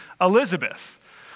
Elizabeth